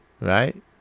Right